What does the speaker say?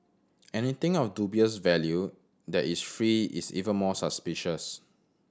anything of dubious value that is free is even more suspicious